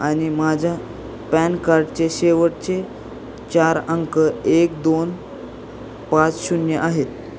आणि माझ्या पॅन कार्डचे शेवटचे चार अंक एक दोन पाच शून्य आहेत